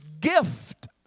gift